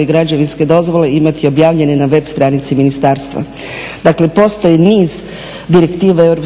i građevinske dozvole imati objavljene na web stranici ministarstva. Dakle postoji niz direktiva EU